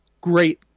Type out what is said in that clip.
Great